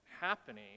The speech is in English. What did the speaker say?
happening